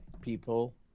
people